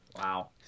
Wow